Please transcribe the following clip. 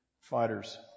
fighters